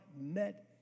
met